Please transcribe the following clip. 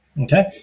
okay